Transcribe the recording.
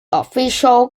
official